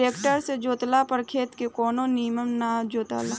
tractor से जोतला पर खेत के कोना निमन ना जोताला